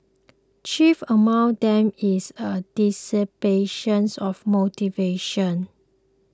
chief among them is a dissipation of motivation